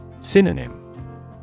Synonym